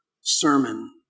sermon